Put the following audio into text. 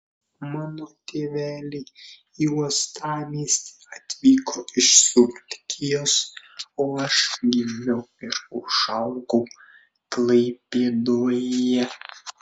mano tėveliai į uostamiestį atvyko iš suvalkijos o aš gimiau ir užaugau klaipėdoje